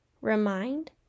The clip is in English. remind